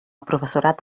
professorat